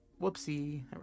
Whoopsie